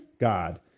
God